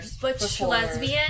butch-lesbian